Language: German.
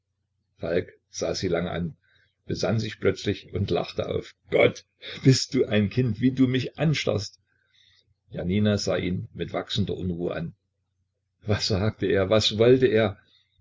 sah sie lange an besann sich plötzlich und lachte auf gott bist du ein kind wie du mich anstarrst janina sah ihn mit wachsender unruhe an was sagte er was wollte er